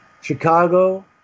...Chicago